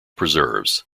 preserves